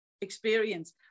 experience